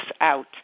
out